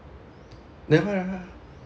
never mind